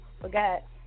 Forget